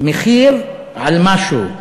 מחיר על משהו.